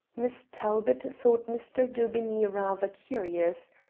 miss talbot thought mr. daubeney rather curious.